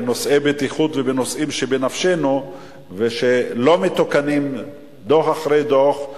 שנושאי בטיחות ונושאים שבנפשנו לא מתוקנים דוח אחרי דוח.